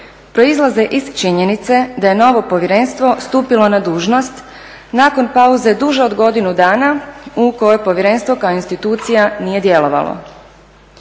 proizlaze iz činjenice da je novo povjerenstvo stupilo na dužnost nakon pauze duže od godinu dana u kojoj povjerenstvo kao institucija nije djelovalo.